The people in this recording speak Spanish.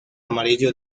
amarillo